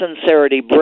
sincerity